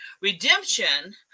redemption